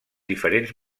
diferents